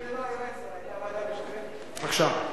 בבקשה.